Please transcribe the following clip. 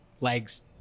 legs